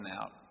out